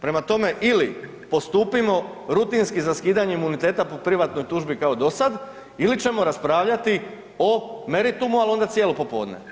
Prema tome, ili postupimo rutinski za skidanje imuniteta po privatnoj tužbi kao dosad ili ćemo raspravljati o meritumu, al onda cijelo popodne.